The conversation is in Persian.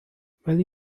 ولی